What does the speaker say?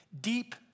Deep